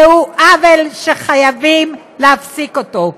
זהו עוול שחייבים להפסיק אותו.